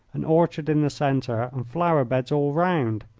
an orchard in the centre and flower-beds all round.